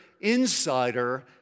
insider